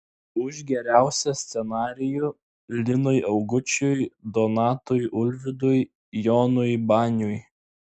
už geriausią scenarijų linui augučiui donatui ulvydui jonui baniui